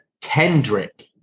Kendrick